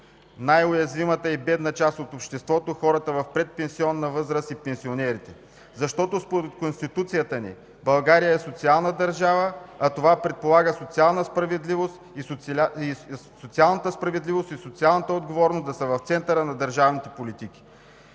най-уязвимата и бедна част от обществото – хората в предпенсионна възраст и пенсионерите, защото според Конституцията ни България е социална държава, а това предполага социалната справедливост и социалната отговорност да са в центъра на държавните политики.